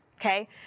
Okay